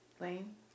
Lane